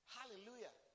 Hallelujah